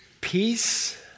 Peace